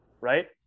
Right